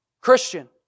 Christian